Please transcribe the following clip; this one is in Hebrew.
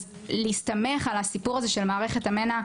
אז להסתמך על הסיפור הזה של מערכת המנ"ע,